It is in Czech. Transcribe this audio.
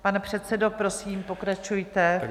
Pane předsedo, prosím pokračujte.